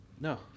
No